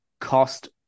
cost